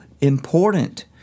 important